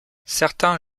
certains